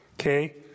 Okay